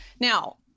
Now